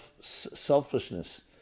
selfishness